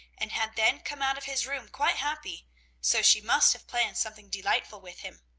and had then come out of his room quite happy so she must have planned something delightful with him.